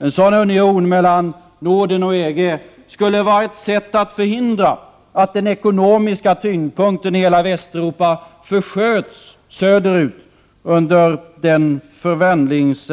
En sådan union mellan Norden och EG skulle vara ett sätt att förhindra att 63 den ekonomiska tyngdpunkten i hela Västeuropa försköts söderut under